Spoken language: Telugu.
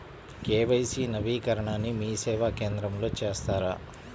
కే.వై.సి నవీకరణని మీసేవా కేంద్రం లో చేస్తారా?